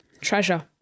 Treasure